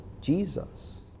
Jesus